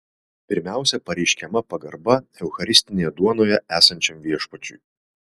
pirmiausia pareiškiama pagarba eucharistinėje duonoje esančiam viešpačiui